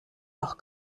auch